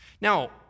Now